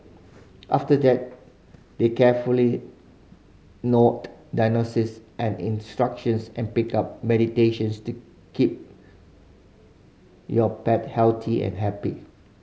after that they carefully note diagnoses and instructions and pick up to keep your pet healthy and happy